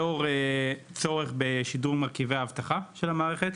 לאור צורך בשדרוג מרכיבי האבטחה של המערכת,